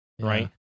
right